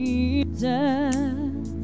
Jesus